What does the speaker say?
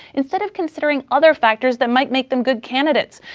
instead of considering other factors that might make them good candidates.